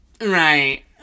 Right